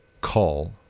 call